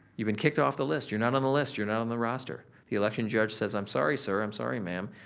you've been kicked off the list, you're not on the list, you're not on the roster, the election judge says, i'm sorry sir, i'm sorry ma'am,